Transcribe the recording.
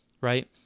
right